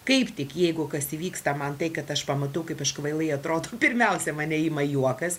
kaip tik jeigu kas įvyksta man tai kad aš pamatau kaip aš kvailai atrodau pirmiausia mane ima juokas